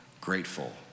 grateful